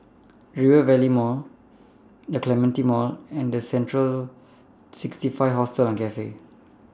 Rivervale Mall The Clementi Mall and Central sixty five Hostel and Cafe